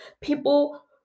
People